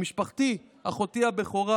במשפחתי אחותי הבכורה,